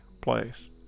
place